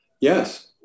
Yes